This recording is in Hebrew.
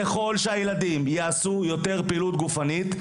ככל שהילדים יעשו יותר פעילות גופנית,